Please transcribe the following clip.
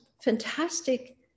fantastic